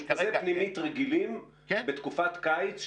מאושפזי פנימית רגילים בתקופת קיץ,